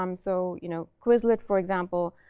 um so you know quizlet, for example,